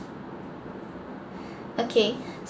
okay